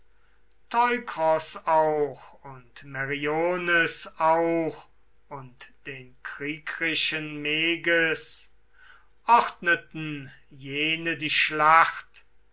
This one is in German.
teukros auch und meriones auch und den kriegrischen meges ordneten jene die schlacht